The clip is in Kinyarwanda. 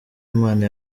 imana